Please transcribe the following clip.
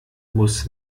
muss